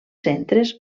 centres